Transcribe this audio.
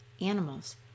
animals